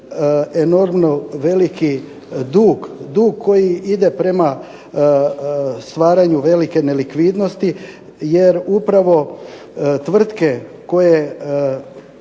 enormno veliki dug koji ide prema stvaranju velike nelikvidnosti jer upravo tvrtke koje